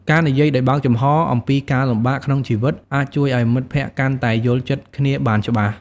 ការនិយាយដោយបើកចំហរអំពីការលំបាកក្នុងជីវិតអាចជួយឲ្យមិត្តភក្តិកាន់តែយល់ចិត្តគ្នាបានច្បាស់។